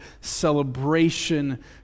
celebration